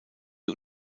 die